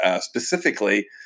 specifically